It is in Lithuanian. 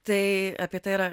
tai apie tai yra